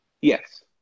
Yes